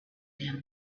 him